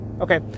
Okay